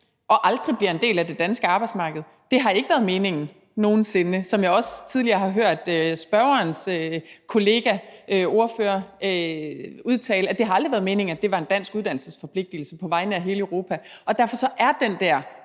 og aldrig bliver en del af det danske arbejdsmarked. Det har ikke været meningen nogen sinde. Det har jeg også tidligere hørt spørgerens ordførerkollega udtale. Det har aldrig været meningen, at det var en dansk uddannelsesforpligtelse på vegne af hele Europa. Derfor er den der